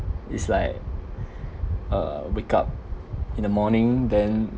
is like uh wake up in the morning then